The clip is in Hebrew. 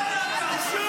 גועל נפש.